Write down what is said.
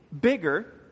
bigger